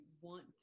want